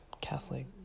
Catholic